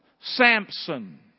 Samson